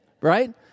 right